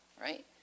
right